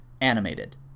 animated